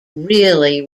really